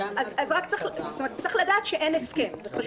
צריך לדעת שאין הסכם, זה חשוב.